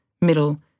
middle